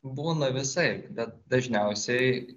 būna visaip bet dažniausiai